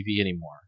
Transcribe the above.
anymore